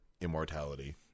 immortality